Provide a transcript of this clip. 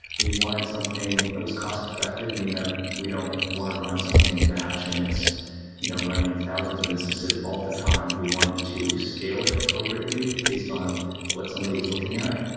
we wanted something that was cost-effective, meaning that we don't want to run something in batch and it's you know running thousands of instances all the time. we wanted to scale it appropriately based on what somebody was looking at.